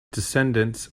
descendants